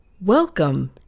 Welcome